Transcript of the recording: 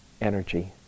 energy